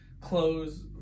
clothes